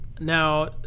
now